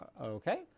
Okay